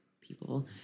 people